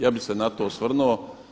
Ja bih se na to osvrnuo.